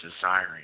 desiring